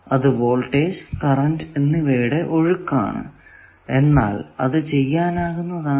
അത് voltage current എന്നിവയുടെ ഒഴുക്കാണ് എന്നാൽ അത് ചെയ്യാനാകുന്നതാണ്